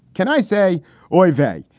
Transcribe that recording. can i say oy vey?